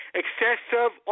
excessive